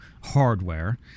hardware